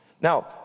Now